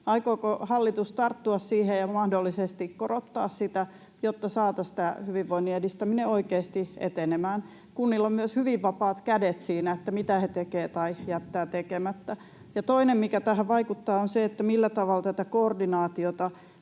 Aikooko hallitus tarttua siihen ja mahdollisesti korottaa sitä, jotta saataisiin tämä hyvinvoinnin edistäminen oikeasti etenemään? Kunnilla myös on hyvin vapaat kädet siinä, mitä he tekevät tai jättävät tekemättä. Ja toinen, mikä tähän vaikuttaa, on se, millä tavalla tätä koordinaatiota